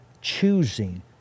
choosing